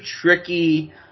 tricky